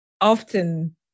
often